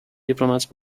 diplomats